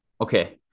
Okay